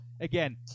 again